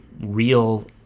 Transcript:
real